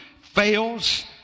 fails